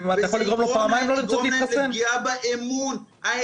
וזה יגרום לפגיעה באמון -- בן אדם לא רוצה להתחסן,